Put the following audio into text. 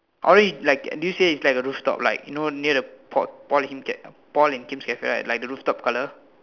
orange like do you see it's like a roof top like you know near the Paul Kim Paul and Kim's cafe right like the roof top colour